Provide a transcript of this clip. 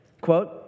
quote